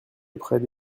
auprès